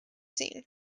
scene